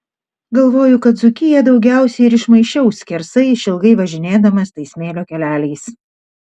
galvoju kad dzūkiją daugiausiai ir išmaišiau skersai išilgai važinėdamas tais smėlio keleliais